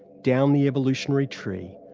down the evolutionary tree,